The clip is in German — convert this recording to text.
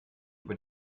über